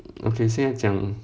okay 现在讲